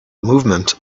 movement